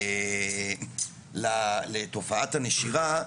לתופעת הנשירה,